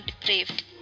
depraved